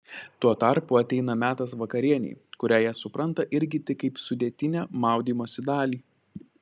tuo tarpu ateina metas vakarienei kurią jie supranta irgi tik kaip sudėtinę maudymosi dalį